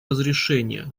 разрешения